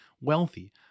wealthy